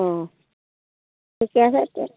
অঁ ঠিকে আছে তে